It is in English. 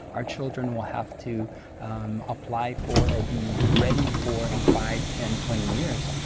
our children will have to apply for or be ready for in five, ten, twenty years.